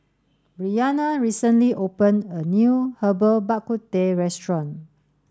Bryanna recently opened a new Herbal Bak Ku Teh restaurant